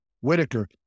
Whitaker